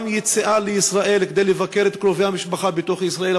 גם יציאה לישראל כדי לבקר את קרובי המשפחה בתוך ישראל,